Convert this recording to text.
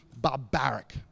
barbaric